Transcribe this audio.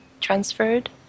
transferred